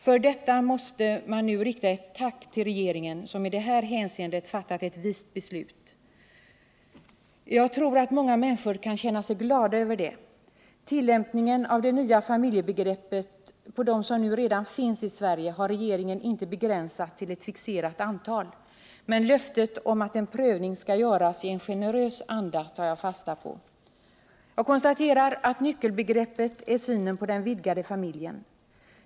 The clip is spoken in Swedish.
För detta vill jag nu rikta ett tack till regeringen, som i det här hänseendet har fattat ett vist beslut. Jag tror att många människor kan känna sig glada över detta. Tillämpningen av det nya familjebegreppet på dem som redan finns i Sverige har regeringen inte begränsat till ett fixerat antal. Men löftet om att en prövning skall göras i en generös anda tar jag fasta på. Jag konstaterar att nyckelbegreppet är synen på den vidgade familjen.